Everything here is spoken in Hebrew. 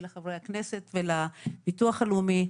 ולחברי הכנסת ולביטוח הלאומי,